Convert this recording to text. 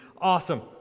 awesome